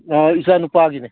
ꯏꯆꯥ ꯅꯨꯄꯥꯒꯤꯅꯦ